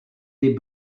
dem